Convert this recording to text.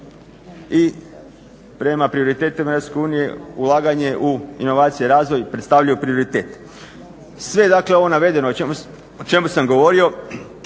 i prema prioritetima Europske unije ulaganje u inovacije i razvoj predstavljaju prioritet. Sve dakle ovo navedeno o čemu sam govorio